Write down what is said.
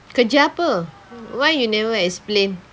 kerja apa why you never explain